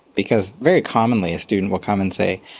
because very commonly a student will come and say,